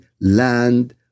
land